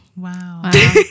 wow